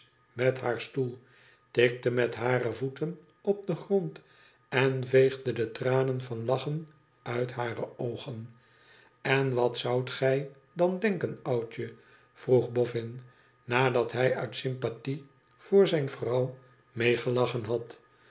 met haar stoel tikte met hare voeten op den grond en veegde de tranen van lachen uit hare oogen en wat zoudt gij dan denken oudje vroeg boffin nadat hij uit sympathie voor zijne vrouw meegelachen had